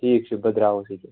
ٹھیٖک چھُ بہٕ درٛاوُس ییٚتہِ